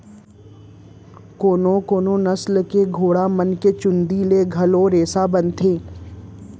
कोनो कोनो नसल के घोड़ा मन के चूंदी ले घलोक रेसा बनथे